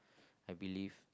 I believe